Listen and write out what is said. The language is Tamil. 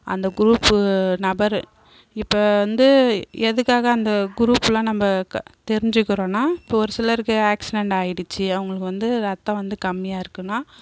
அந்த குரூப்பு நபர் இப்போ வந்து எதுக்காக அந்த குரூபெலாம் நம்ம தெரிஞ்சுக்கிறோனா இப்போ ஒரு சிலருக்கு ஆக்ஸிடன்ட் ஆகிடுச்சி அவங்குளுக்கு வந்து இரத்தம் வந்து கம்மியாயிருக்குனா